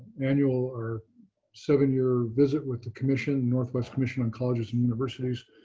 annual or seven-year visit with the commission, northwest commission on colleges and universities,